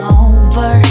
over